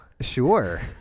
Sure